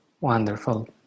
Wonderful